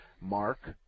Mark